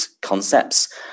concepts